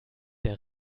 der